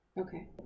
Okay